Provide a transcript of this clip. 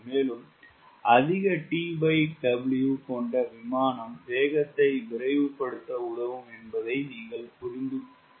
மேலும் அதிக TW கொண்ட விமானம் வேகத்தை விரைவுபடுத்த உதவும் என்பதை நாங்கள் புரிந்துகொண்டோம்